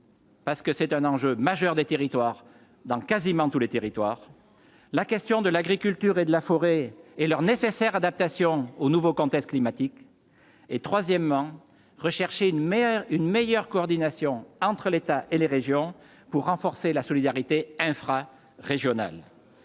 Parce que c'est un enjeu majeur des territoires dans quasiment tous les territoires, la question de l'agriculture et de la forêt et leur nécessaire adaptation au nouveau contexte climatique et troisièmement rechercher une meilleure, une meilleure coordination entre l'État et les régions pour renforcer la solidarité infra-régionale,